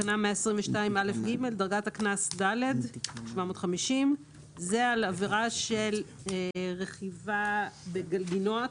סידוריהתקנההקנס 179ב1122א(ג)ד זה על עבירה של רכיבה בגלגינוע,